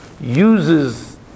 uses